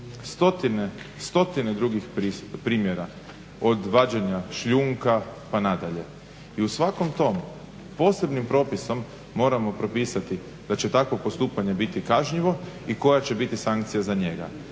stotine drugih primjera od vađenja šljunka pa nadalje. I u svakom tom posebnim propisom moramo propisati da će takvo postupanje biti kažnjivo i koja će biti sankcija za njega,